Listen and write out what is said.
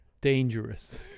dangerous